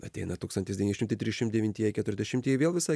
ateina tūkstantis devyni šimtai trisdešim devintieji keturiasdešimtieji vėl visai